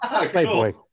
Playboy